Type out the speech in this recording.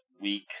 week